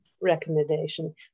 recommendation